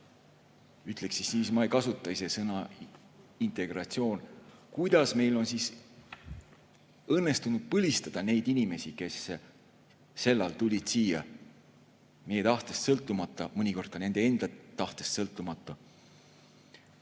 see küsimus – ma ei kasuta ise sõna "integratsioon" –, kuidas meil on õnnestunud põlistada neid inimesi, kes sel ajal tulid siia meie tahtest sõltumata ja mõnikord ka nende enda tahtest sõltumata.